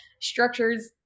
structures